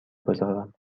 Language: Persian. گذارم